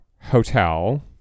hotel